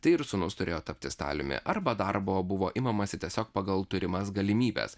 tai ir sūnus turėjo tapti staliumi arba darbo buvo imamasi tiesiog pagal turimas galimybes